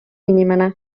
inimene